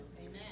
Amen